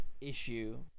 issue